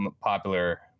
popular